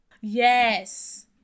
Yes